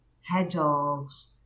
Hedgehogs